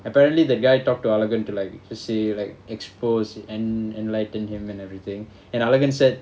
apparently the guy talked to arivin to like just say like expose en~ enlighten him and everything and arivin said